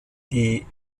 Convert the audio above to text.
die